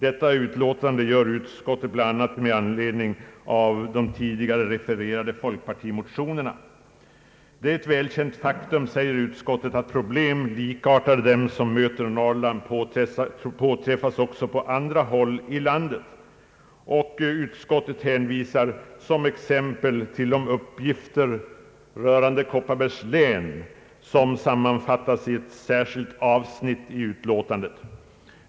Detta uttalande gör utskottet bland annat med anledning av de tidigare refererade folkpartimotionerna. Utskottet säger vidare: »Det är ett välkänt faktum att problem likartade dem som möter i Norrland påträffas också på andra håll i landet.» Utskottet hänvisar som exempel till de uppgifter rörande Kopparbergs län som sammanfattats i ett särskilt avsnitt i utlåtandet.